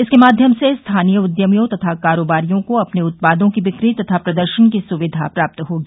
इसके माध्यम से स्थानीय उद्यमियों तथा कारोबारियों को अपने उत्पादों की बिक्री तथा प्रदर्शन की सुविधा प्राप्त होगी